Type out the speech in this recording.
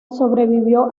sobrevivió